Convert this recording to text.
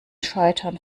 scheitern